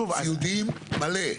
שוב --- סיעודי מלא.